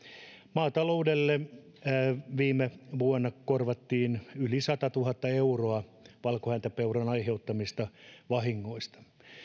maataloudelle korvattiin viime vuonna yli satatuhatta euroa valkohäntäpeuran aiheuttamista vahingoista